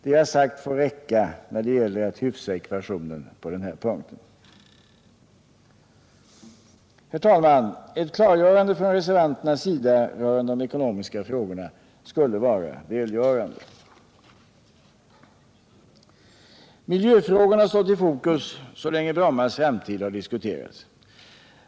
Det jag sagt får räcka, när det gäller att hyfsa ekvationen på den här punkten. Herr talman! Ett klargörande från reservanternas sida rörande de ekonomiska frågorna skulle vara välgörande. Miljöfrågan har stått i fokus så länge Brommas framtid har diskuterats.